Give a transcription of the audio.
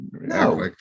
No